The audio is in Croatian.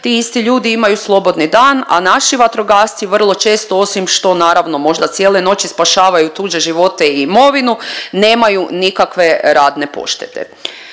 ti isti ljudi imaju slobodni dan, a naši vatrogasci vrlo često osim što naravno možda cijele noći spašavaju tuđe živote i imovine nemaju nikakve radne poštede.